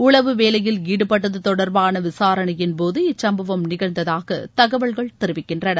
உளவு வேலையில் ஈடுபட்டது தொடர்பான விசாரணையின்போது இச்சம்பவம் நிகழந்ததாக தகவல்கள் தெரிவிக்கின்றன